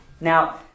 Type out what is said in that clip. Now